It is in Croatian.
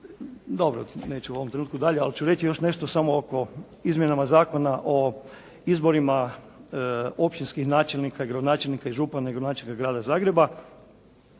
dobro neću u ovom trenutku dalje, ali ću reći još nešto samo oko izmjenama Zakona o izborima općinskih načelnika i gradonačelnika i župana i gradonačelnika Grada Zagreba.